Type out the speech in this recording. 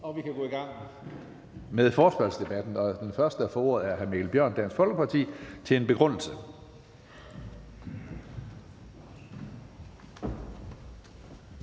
og vi kan gå i gang med forespørgselsdebatten. Den første, der får ordet, er hr. Mikkel Bjørn, Dansk Folkeparti, for en begrundelse.